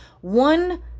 one